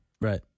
Right